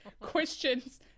questions